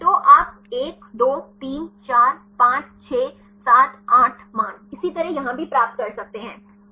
तो आप 1 2 3 4 5 6 7 8 मान इसी तरह यहां भी प्राप्त कर सकते हैं